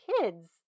kids